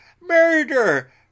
murder